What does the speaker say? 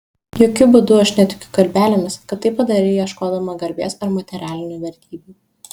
jokiu būdu aš netikiu kalbelėmis kad tai padarei ieškodama garbės ar materialinių vertybių